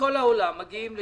מכל העולם מגיעים לשם,